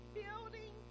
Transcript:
building